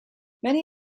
many